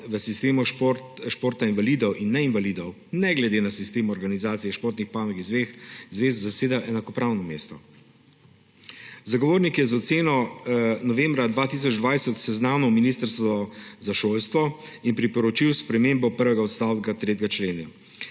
v sistemu športa invalidov in neinvalidov, ne glede na sistem organizacije športnih panog iz dveh zvez, zasedajo enakopravno mesto. Zagovornik je z oceno novembra 2020 seznanil ministrstvo za šolstvo in priporočil spremembo prvega odstavka 3. člena.